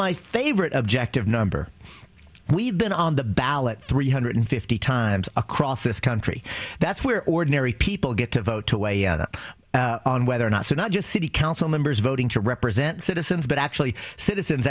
my favorite objective number we've been on the ballot three hundred fifty times across this country that's where ordinary people get to vote to weigh out on whether or not so not just city council members voting to represent citizens but actually citizens